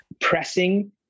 pressing